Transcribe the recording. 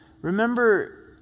Remember